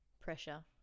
Pressure